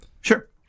sure